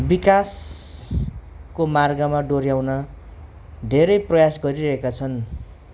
विकासको मार्गमा डोऱ्याउन धेरै प्रयास गरिरहेका छन्